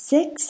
Six